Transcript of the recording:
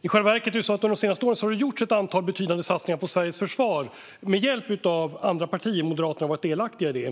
I själva verket har det under de senaste åren gjorts ett antal betydande satsningar på Sveriges försvar med hjälp av andra partier. Moderaterna har varit delaktiga i detta.